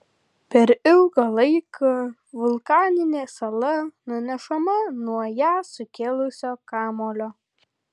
per ilgą laiką vulkaninė sala nunešama nuo ją sukėlusio kamuolio